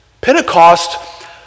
Pentecost